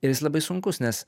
ir jis labai sunkus nes